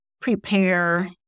prepare